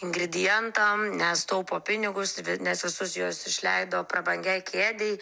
ingredientam nes taupo pinigus nes visus juos išleido prabangiai kėdei